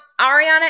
Ariana